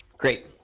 great.